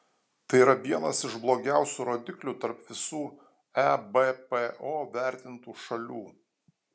tai yra vienas iš blogiausių rodiklių tarp visų ebpo vertintų šalių